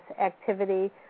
activity